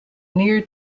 near